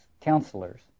counselors